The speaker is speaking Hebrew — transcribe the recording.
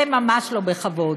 זה ממש לא בכבוד.